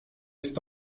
jest